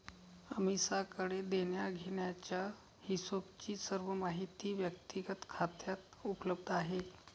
अमीषाकडे देण्याघेण्याचा हिशोबची सर्व माहिती व्यक्तिगत खात्यात उपलब्ध आहे